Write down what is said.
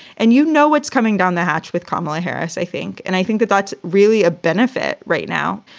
and you know what's coming down the hatch with kamala harris, i think. and i think that that's really a benefit right now.